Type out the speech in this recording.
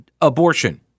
abortion